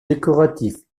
décoratif